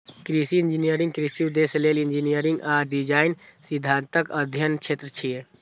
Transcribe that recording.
कृषि इंजीनियरिंग कृषि उद्देश्य लेल इंजीनियरिंग आ डिजाइन सिद्धांतक अध्ययनक क्षेत्र छियै